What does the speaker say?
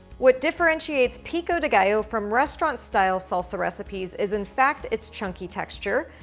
what differentiates pico de gallo from restaurant-style salsa recipes is in fact its chunky texture,